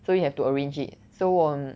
so you have to arrange it so 我